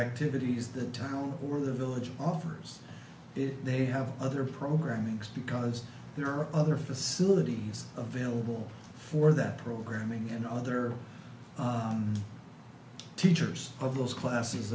activities the town or the village offers if they have other programming because there are other facilities available for that programming and other teachers of those classes